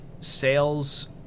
sales